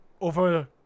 Over